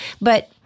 but-